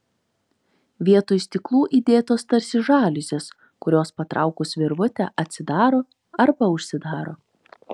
vietoj stiklų įdėtos tarsi žaliuzės kurios patraukus virvutę atsidaro arba užsidaro